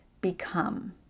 become